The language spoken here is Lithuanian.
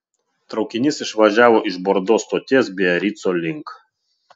traukinys išvažiavo iš bordo stoties biarico link